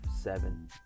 seven